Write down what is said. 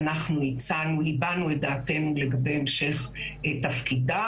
אנחנו הבענו את דעתנו לגבי המשך תפקידה.